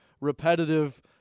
repetitive